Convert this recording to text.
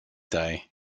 day